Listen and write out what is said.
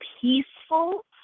peaceful